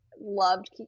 loved